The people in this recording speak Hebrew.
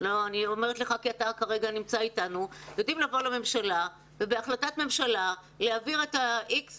אני אומרת לך כי אתה כרגע אתנו ובהחלטת ממשלה יעבירו איקס